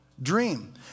Dream